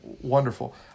wonderful